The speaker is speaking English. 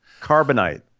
Carbonite